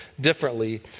differently